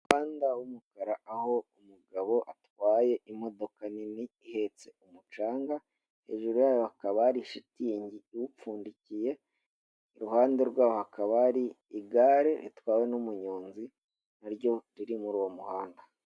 Umuhanda w'umukara aho umugabo atwaye imodoka nini ihetse umucanga hejuru yayo, hakaba hari shitingi iwupfundikiye iruhande rwaho hakaba hari igare, ritwawe n'umunyonzi na ryo riri muri uwo muhanda.